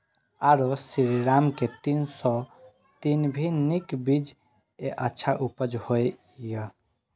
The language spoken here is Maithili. आरो श्रीराम के तीन सौ तीन भी नीक बीज ये अच्छा उपज होय इय?